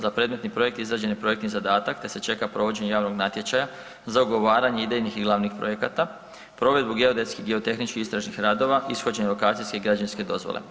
Za predmetni projekt izrađen je projektni zadatak da se čeka provođenje javnog natječaja za ugovaranje idejnih i glavnih projekata, provedbu geodetskih i geotehničkih istražnih radova, ishođenje lokacijske i građevinske dozvole.